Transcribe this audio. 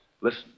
Listen